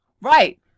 Right